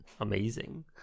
Amazing